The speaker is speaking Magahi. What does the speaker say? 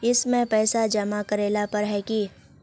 इसमें पैसा जमा करेला पर है की?